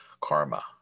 karma